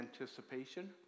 anticipation